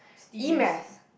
E math